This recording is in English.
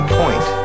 point